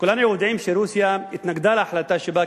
כולנו יודעים שרוסיה התנגדה להחלטה שבאה